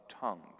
tongues